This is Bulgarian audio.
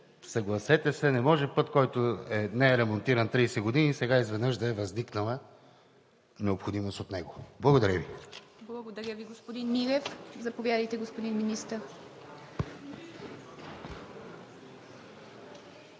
съгласете се, не може за път, който не е ремонтиран 30 години, сега изведнъж да е възникнала необходимост от него. Благодаря Ви. ПРЕДСЕДАТЕЛ ИВА МИТЕВА: Благодаря Ви, господин Милев. Заповядайте, господин Министър.